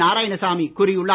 நாராயணசாமி கூறியுள்ளார்